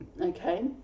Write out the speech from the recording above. okay